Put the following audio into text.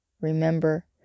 Remember